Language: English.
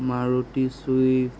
Maruti swift